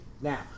Now